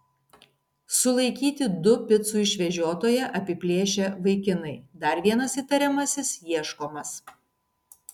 sulaikyti du picų išvežiotoją apiplėšę vaikinai dar vienas įtariamasis ieškomas